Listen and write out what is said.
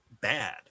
bad